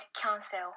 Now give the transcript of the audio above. cancel